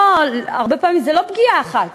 הרבה פעמים זו לא פגיעה אחת,